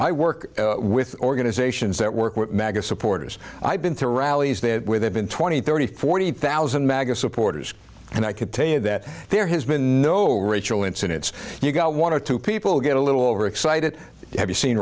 i work with organizations that work with maggots supporters i've been to rallies there where they've been twenty thirty forty thousand maggots and i could tell you that there has been no racial incidents you got one or two people get a little over excited have you seen